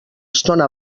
estona